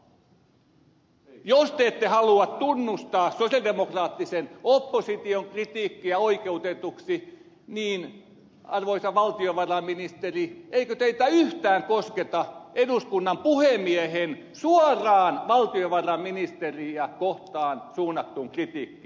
jos te ette halua tunnustaa sosialidemokraattisen opposition kritiikkiä oikeutetuksi niin arvoisa valtiovarainministeri eikö teitä yhtään kosketa eduskunnan puhemiehen suoraan valtiovarainministeriä kohtaan suuntaama kritiikki